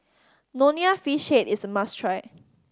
Nonya Fish Head is a must try